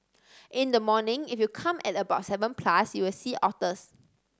in the morning if you come at about seven plus you'll see otters